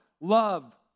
Love